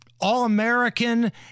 All-American